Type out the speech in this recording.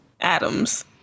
Adams